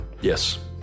Yes